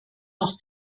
noch